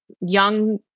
Young